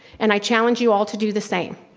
and i challenge you all to do the same.